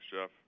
Jeff